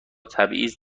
تبعیض